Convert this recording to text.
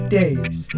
days